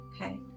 Okay